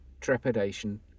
trepidation